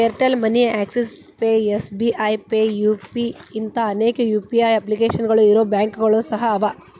Airtel money Axis pay SBI pay yes pay ಇಂಥಾ ಅನೇಕ UPI ಅಪ್ಲಿಕೇಶನ್ಗಳು ಇರೊ ಬ್ಯಾಂಕುಗಳು ಸಹ ಅವ